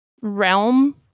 realm